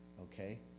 okay